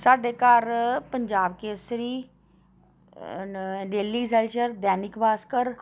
साढ़े घर Punjab Kesari daily excelsior Dainik Bhaskar